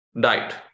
died